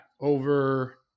over